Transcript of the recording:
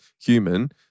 human